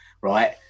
right